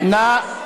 סליחה,